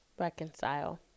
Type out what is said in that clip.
reconcile